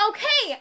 Okay